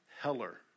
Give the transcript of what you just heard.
Heller